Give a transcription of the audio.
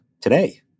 today